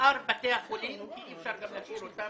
לשאר בתי החולים כי אי אפשר להשאיר אותם.